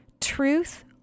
Truth